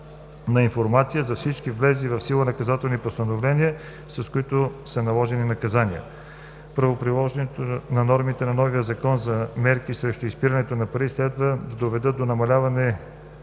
на информация за всички влезли в сила наказателни постановления, с които са наложени наказания. Правоприложението на нормите на новия Закон за мерките срещу изпирането на пари следва да доведе до намаляване